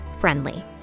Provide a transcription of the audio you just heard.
friendly